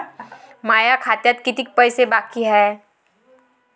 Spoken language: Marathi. माया खात्यात कितीक पैसे बाकी हाय?